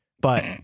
but-